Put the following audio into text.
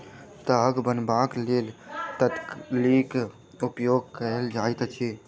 ताग बनयबाक लेल तकलीक उपयोग कयल जाइत अछि